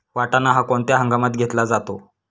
वाटाणा हा कोणत्या हंगामात घेतला जातो?